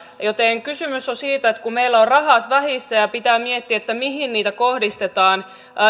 joten kysymys on siitä että kun meillä on rahat vähissä ja pitää miettiä mihin niitä kohdistetaan